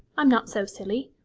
i'm not so silly.